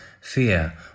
fear